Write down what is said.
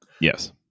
Yes